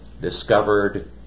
discovered